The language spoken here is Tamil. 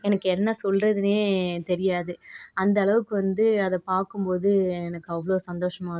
எனக்கு என்ன சொல்கிறதுனே தெரியாது அந்தளவுக்கு வந்து அதை பார்க்கும் போது எனக்கு அவ்வளோ சந்தோஷமாக இருக்கும்